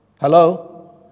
Hello